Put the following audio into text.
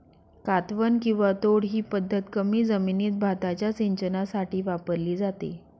कातवन किंवा तोड ही पद्धत कमी जमिनीत भाताच्या सिंचनासाठी वापरली जाते